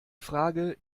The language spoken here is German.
frage